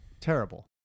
terrible